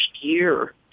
year